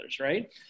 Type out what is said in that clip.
right